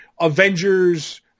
Avengers